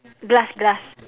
glass glass